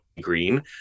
Green